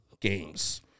games